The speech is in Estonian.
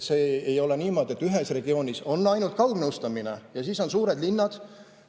see ei ole niimoodi, et ühes regioonis on ainult kaugnõustamine ja siis on suured linnad